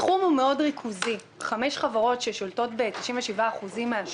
התחום הוא ריכוזי מאוד חמש חברות ששולטות ב-97% מן השוק,